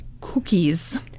cookies